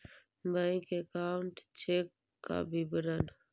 Bank account check का विवरण?